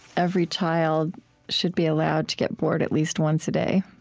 every child should be allowed to get bored at least once a day.